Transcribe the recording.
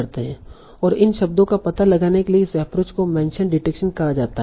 और इन शब्दों का पता लगाने के लिए इस एप्रोच को मेंशन डिटेक्शन कहा जाता है